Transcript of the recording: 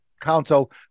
Council